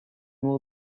will